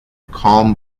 calm